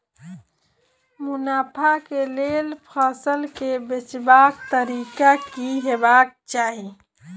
मुनाफा केँ लेल फसल केँ बेचबाक तरीका की हेबाक चाहि?